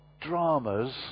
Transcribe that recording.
dramas